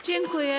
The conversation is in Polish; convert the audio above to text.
Dziękuję.